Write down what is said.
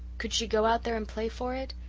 could she go out there and play for it?